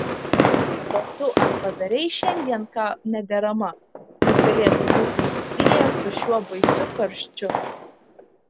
o tu ar padarei šiandien ką nederama kas galėtų būti susiję su šiuo baisiu karščiu